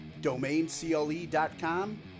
domaincle.com